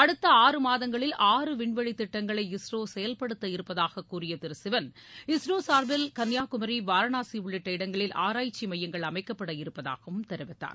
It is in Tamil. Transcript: அடுத்த ஆறு மாதங்களில் ஆறு விண்வெளித் திட்டங்களை இஸ்ரோ செயல்படுத்த இருப்பதாக கூறிய திரு சிவன் இஸ்ரோ சார்பில் கன்னியாகுமரி வாரணாசி உள்ளிட்ட இடங்களில் ஆராய்ச்சி மையங்கள் அமைக்கப்பட இருப்பதாகவும் தெரிவித்தார்